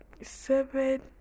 seven